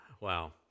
Wow